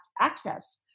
access